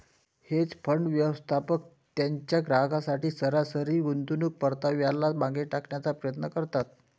hedge fund, व्यवस्थापक त्यांच्या ग्राहकांसाठी सरासरी गुंतवणूक परताव्याला मागे टाकण्याचा प्रयत्न करतात